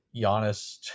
Giannis